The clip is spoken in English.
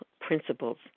principles